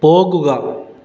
പോകുക